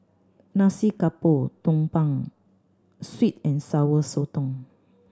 Nasi Campur Tumpeng Sweet and Sour Sotong